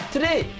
Today